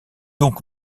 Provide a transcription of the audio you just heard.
donc